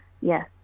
Yes